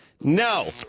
No